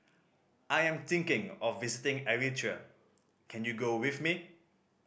I am thinking of visiting Eritrea can you go with me